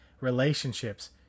relationships